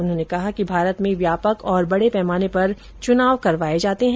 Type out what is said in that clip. उन्होंने कहा कि भारत में व्यापक और बड़े पैमाने पर चुनाव करवाएं जाते हैं